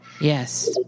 Yes